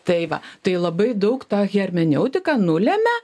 tai va tai labai daug ta hermeneutika nulemia